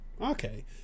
okay